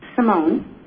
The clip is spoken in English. Simone